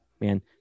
man